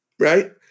right